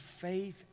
faith